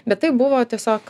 bet tai buvo tiesiog